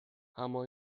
اما